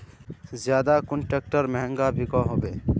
ज्यादा कुन ट्रैक्टर महंगा बिको होबे?